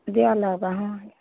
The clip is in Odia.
ଦିଆ ହେଲେ ହେବା ହଁ